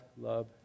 love